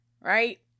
right